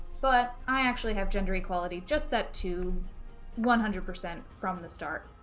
but i actually have gender equality just set to one hundred percent from the start.